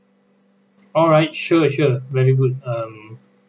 alright sure sure very good um